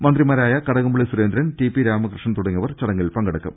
മന്ത്രിമാരായ Kadakampally Surendran T P Ramakrishnan തുട ങ്ങിയവർ ചടങ്ങിൽ സംബന്ധിക്കും